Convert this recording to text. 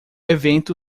evento